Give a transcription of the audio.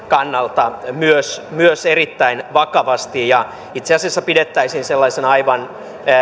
kannalta myös myös erittäin vakavasti ja itse asiassa pidettäisiin sellaisena aivan